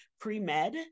pre-med